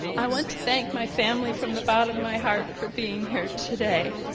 i want to thank my family from the bottom of my heart for being here today.